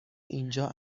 اینجا